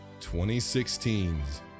2016's